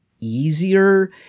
easier